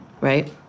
right